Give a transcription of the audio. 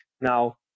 Now